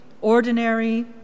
ordinary